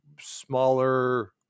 smaller